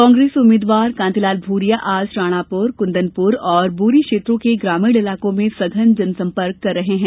कांग्रेस उम्मीदवार कांतिलाल भूरिया आज राणापुर कुन्दनपुर ओर बोरी क्षेत्रो के ग्रामीण इलाके में सघन जनसंपर्क कर रहे हैं